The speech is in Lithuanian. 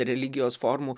religijos formų